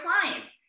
clients